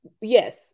Yes